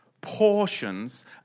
portions